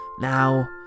now